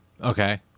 Okay